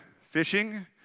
fishing